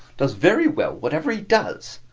does very well whatever he does.